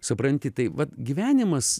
supranti tai vat gyvenimas